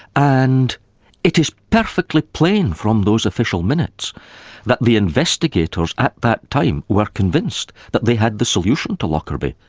and it is perfectly plain from those official minutes that the investigators at that time were convinced that they had the solution to lockerbie,